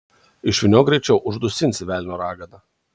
išvyniok greičiau uždusinsi velnio ragana